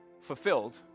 fulfilled